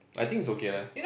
I think it's okay lah